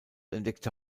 entdeckte